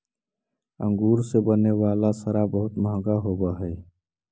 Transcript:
अंगूर से बने वाला शराब बहुत मँहगा होवऽ हइ